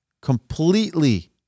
completely